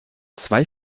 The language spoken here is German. zwei